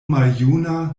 maljuna